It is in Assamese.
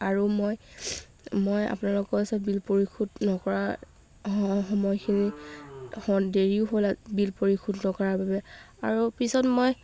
আৰু মই মই আপোনালোকৰ চব বিল পৰিশোধ নকৰা সময়খিনি দেৰিও হ'ল বিল পৰিশোধ নকৰাৰ বাবে আৰু পিছত মই